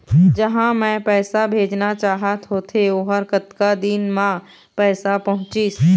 जहां मैं पैसा भेजना चाहत होथे ओहर कतका दिन मा पैसा पहुंचिस?